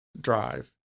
drive